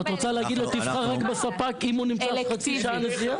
את רוצה להגיד לו תבחר רק בספק אם הוא נמצא חצי שעה נסיעה?